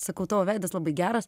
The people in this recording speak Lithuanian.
sakau tavo veidas labai geras